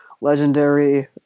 legendary